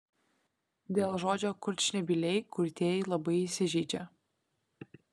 dėl žodžio kurčnebyliai kurtieji labai įsižeidžia